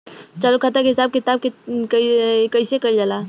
चालू खाता के हिसाब किताब कइसे कइल जाला?